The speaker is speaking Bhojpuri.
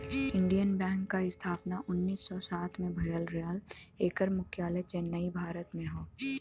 इंडियन बैंक क स्थापना उन्नीस सौ सात में भयल रहल एकर मुख्यालय चेन्नई, भारत में हौ